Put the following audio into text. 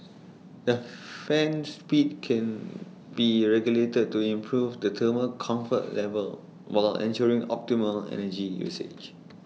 the fan speed can be regulated to improve the thermal comfort level while ensuring optimal energy usage